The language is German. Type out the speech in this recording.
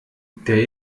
der